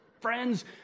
friends